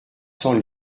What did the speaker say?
cents